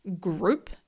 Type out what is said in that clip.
group